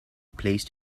placed